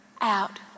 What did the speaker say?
out